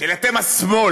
של "אתם השמאל,